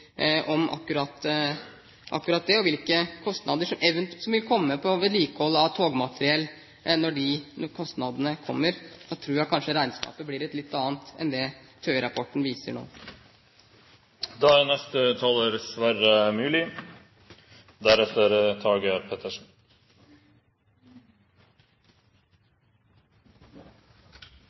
om akkurat det, og hvilke kostnader som vil komme til vedlikehold av togmateriell når de kostnadene kommer. Da tror jeg kanskje regnskapet blir et litt annet enn det TØI-rapporten viser nå.